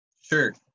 sure